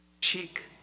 cheek